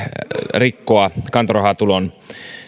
rikkoa kantorahatulon